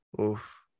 Oof